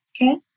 okay